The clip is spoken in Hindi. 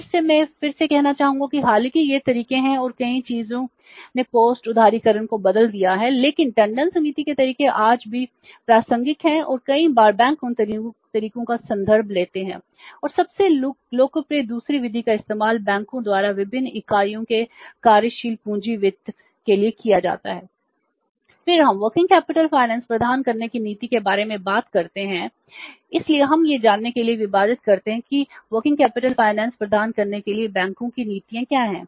फिर हम कार्यशील पूंजी वित्त प्रदान करने के लिए बैंकों की नीतियां क्या हैं